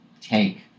take